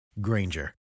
Granger